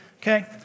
okay